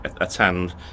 attend